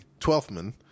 Twelfthman